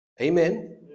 Amen